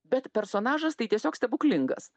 bet personažas tai tiesiog stebuklingas